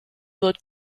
wird